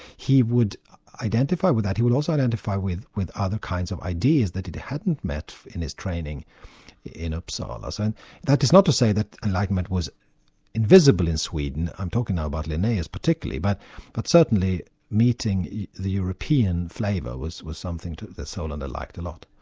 he would identify with that he would also identify with with other kinds of ideas that he hadn't met in his training in uppsala. so and that is not to say that enlightenment was invisible in sweden, i'm talking now about linnaeus particularly, but but certainly meeting the european flavour was was something that solander liked a lot.